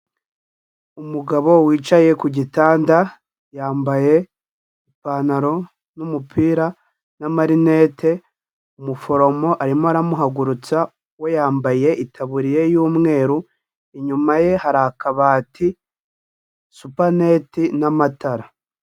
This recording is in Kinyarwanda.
Umugabo wicaye ku gitanda yambaye ipantaro n'umupira n'amarinete, umuforomo arimo aramuhagurutsa we yambaye itaburiya y'umweru, inyuma ye hari akabati, supanete n'amatara.